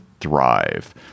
thrive